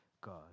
God